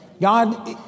God